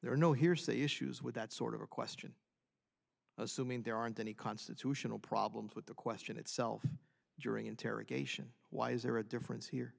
there are no hearsay issues with that sort of a question assuming there aren't any constitutional problems with the question itself during interrogation why is there a difference here